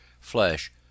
flesh